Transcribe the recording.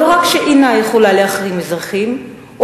לא רק שאינה יכולה להחרים אזרחים או